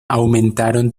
aumentaron